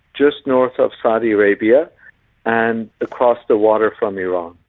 just north of saudi arabia and across the water from iran.